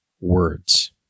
words